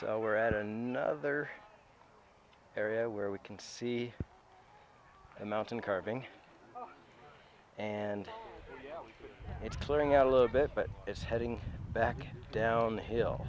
we're at another area where we can see a mountain carving and it's clearing out a little bit but it's heading back down the hill